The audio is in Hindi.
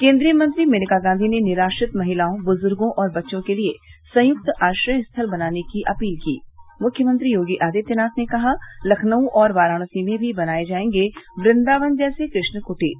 केन्द्रीय मंत्री मेनका गांधी ने निराश्रित महिलाओं बुजुर्गो और बच्चों के लिए संयुक्त आश्रय स्थल बनाने की अपील की मुख्यमंत्री योगी आदित्यनाथ ने कहा लखनऊ और वाराणसी में भी बनाये जायेंगे वृंदावन जैसे कृष्ण कुटीर